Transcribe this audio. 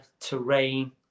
terrain